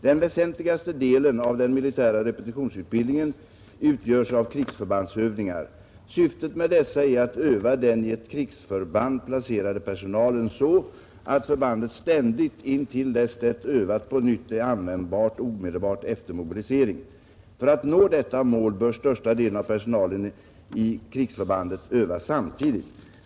Den väsentligaste delen av den militära repetitionsutbildningen utgörs av krigsförbandsövningar. Syftet med dessa är att öva den i ett krigsförband placerade personalen så att förbandet ständigt intill dess det övas på nytt är användbart omedelbart efter mobilisering. För att nå detta mål bör största delen av personalen i krigsförbandet övas samtidigt.